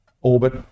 orbit